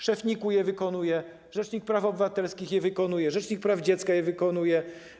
Szef NIK-u je wykonuje, rzecznik praw obywatelskich je wykonuje, rzecznik praw dziecka je wykonuje.